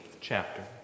chapter